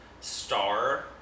star